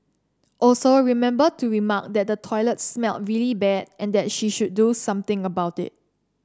also remember to remark that the toilet smelled really bad and that she should do something about it